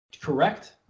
Correct